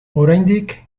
oraindik